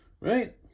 right